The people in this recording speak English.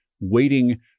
waiting